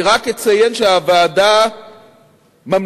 אני רק אציין שהוועדה ממליצה,